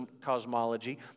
cosmology